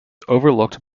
overlooked